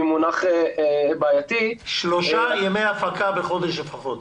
אני מאחל לך שלא תצטרך לבוא לפה,